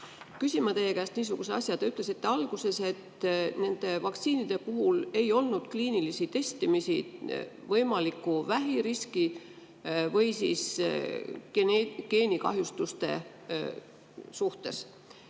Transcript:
küsin ma teie käest niisuguse asja. Te ütlesite alguses, et nende vaktsiinide puhul ei olnud kliinilisi testimisi võimaliku vähiriski või siis geenikahjustuste suhtes.